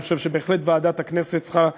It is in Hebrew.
אני חושב שוועדת הכנסת צריכה,